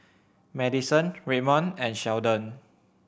Maddison Redmond and Sheldon